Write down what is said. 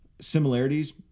similarities